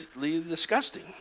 disgusting